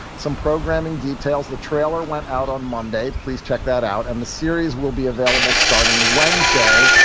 some programming details. the trailer went out on monday. please check that out. and the series will be available starting wednesday,